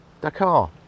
Dakar